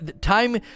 Time